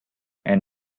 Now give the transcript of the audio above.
and